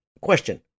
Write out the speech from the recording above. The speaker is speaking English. Question